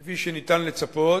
כפי שאפשר לצפות,